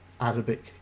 Arabic